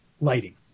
lighting